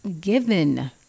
given